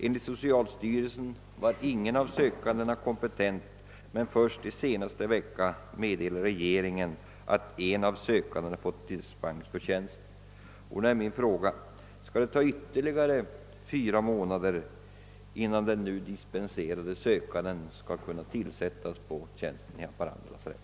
Enligt socialstyrelsen var ingen av sökandena kompetent, men först under föregående vecka meddelade regeringen att en av sökandena fått dispens för tjänsten. Min fråga är nu om det skall ta ytterligare fyra månader innan den sökande, som nu fått dispens, blir tillsatt på tjänsten vid Haparanda lasarett.